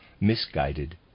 misguided